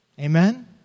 Amen